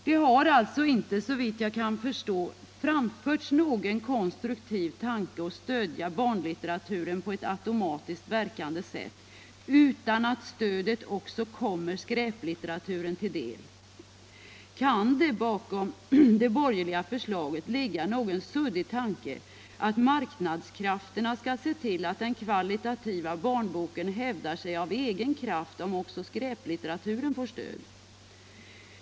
Det har alltså inte, såvitt jag kan förstå, framförts någon konstruktiv tanke som gör det möjligt att stödja barnlitteraturen på ett automatiskt verkande sätt utan att stödet också kommer skräplitteraturen till del. Kan det bakom det borgerliga förslaget ligga någon suddig tanke om att marknadskrafterna skall se till att den kvalitativa barnboken hävdar sig av egen kraft om också skräplitteraturen får stöd?